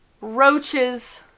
roaches